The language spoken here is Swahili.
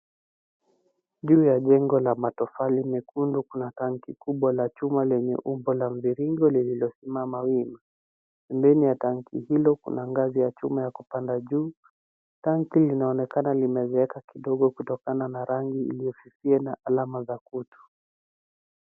Juu ya jengo la matofali nyekundu kuna tangi kubwa la chuma lenye umbo la mviringo lililosimama wima. Pembeni ya tangi hilo, kuna ngazi ya chuma ya kupanda juu. Tangi linaonekana limezeeka kidogo kutokana na rangi iliyo na alama za kutu.